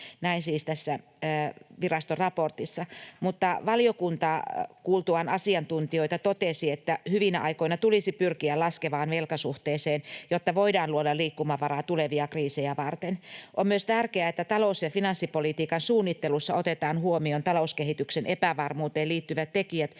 Näin siis tässä viraston raportissa, mutta kuultuaan asiantuntijoita valiokunta totesi, että hyvinä aikoina tulisi pyrkiä laskevaan velkasuhteeseen, jotta voidaan luoda liikkumavaraa tulevia kriisejä varten. On myös tärkeää, että talous‑ ja finanssipolitiikan suunnittelussa otetaan huomioon talouskehityksen epävarmuuteen liittyvät tekijät